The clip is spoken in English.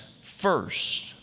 first